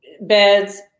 beds